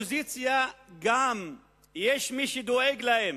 יש גם מי שדואג לאופוזיציה.